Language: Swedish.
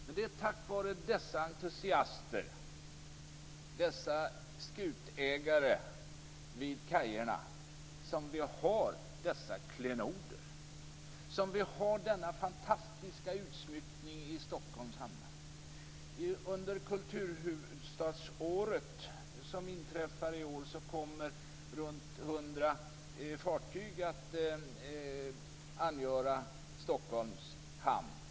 Men det är tack vare dessa entusiaster, dessa skutägare vid kajerna, som vi har dessa klenoder. Det är tack vare dem som vi har denna fantastiska utsmyckning i Stockholms hamnar. Under kulturhuvudstadsåret som inträffar i år kommer runt hundra fartyg att angöra Stockholms hamnar.